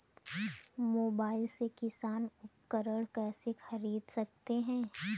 Mobile से किसान उपकरण कैसे ख़रीद सकते है?